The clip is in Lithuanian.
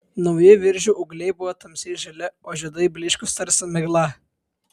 nauji viržių ūgliai buvo tamsiai žali o žiedai blyškūs tarsi migla